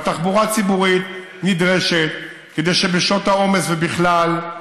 והתחבורה הציבורית נדרשת כדי שבשעות העומס, ובכלל,